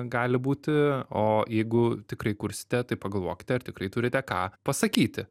gali būti o jeigu tikrai kursite tai pagalvokite ar tikrai turite ką pasakyti